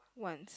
once